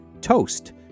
Toast